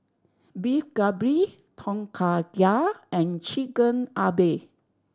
Beef Galbi Tom Kha Gai and Chigenabe